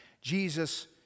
Jesus